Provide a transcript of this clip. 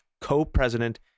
co-president